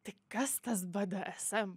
tai kas tas bdsm